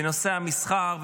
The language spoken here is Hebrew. בנושא המסחר,